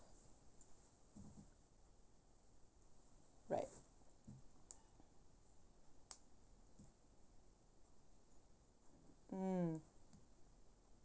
right mm